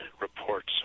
reports